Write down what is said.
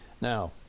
Now